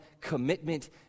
commitment